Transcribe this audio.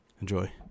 Enjoy